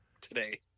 today